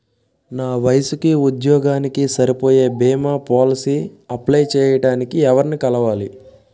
నా వయసుకి, ఉద్యోగానికి సరిపోయే భీమా పోలసీ అప్లయ్ చేయటానికి ఎవరిని కలవాలి?